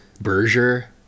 Berger